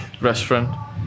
restaurant